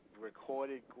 Recorded